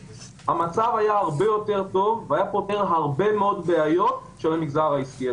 המצב היה הרבה יותר טוב והיה פותר הרבה מאוד בעיות של המגזר העסקי,